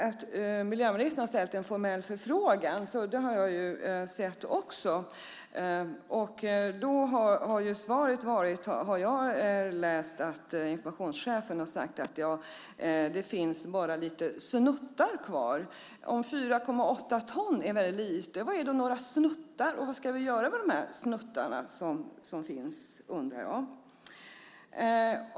Att miljöministern har gjort en formell förfrågan har jag också sett. Jag har läst att informationschefen har sagt: Ja, det finns bara lite snuttar kvar. Om 4,8 ton är väldigt lite, vad är då några snuttar? Och vad ska vi göra med de här snuttarna, som finns? Det undrar jag.